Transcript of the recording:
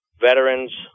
veterans